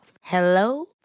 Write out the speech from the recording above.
Hello